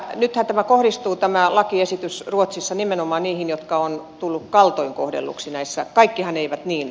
nythän tämä lakiesitys kohdistuu ruotsissa nimenomaan niihin jotka ovat tulleet kaltoin kohdelluiksi